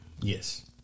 yes